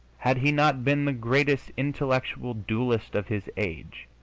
had he not been the greatest intellectual duellist of his age,